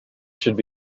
should